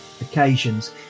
Occasions